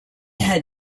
had